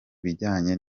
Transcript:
bijyanye